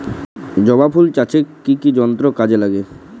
জবা ফুল চাষে কি কি যন্ত্র কাজে লাগে?